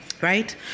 Right